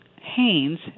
Haynes